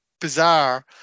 bizarre